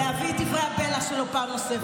שיחזור להביא את דברי הבלע שלו פעם נוספת.